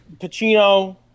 Pacino